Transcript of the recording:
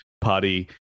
party